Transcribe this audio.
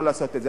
לא לעשות את זה.